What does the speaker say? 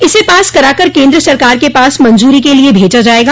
इसे पास कराकर केंद्र सरकार के पास मंजूरी के लिए भेजा जाएगा